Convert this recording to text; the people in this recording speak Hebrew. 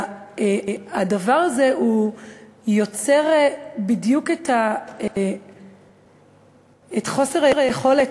הדבר הזה בדיוק יוצר את חוסר היכולת,